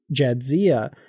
Jadzia